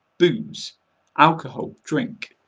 booze alcohol, drink,